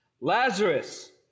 Lazarus